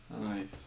Nice